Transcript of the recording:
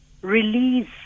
release